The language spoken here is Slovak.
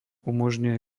umožňuje